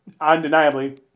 Undeniably